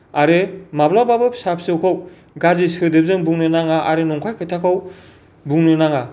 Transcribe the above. आरो माब्लाबाबो फिसा फिसौखौ गाज्रि सोदोबजों बुंनो नाङा आरो नंखाय खोथाखौ बुंनो नाङा